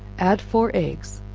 add four eggs,